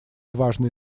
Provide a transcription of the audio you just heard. важные